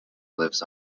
lives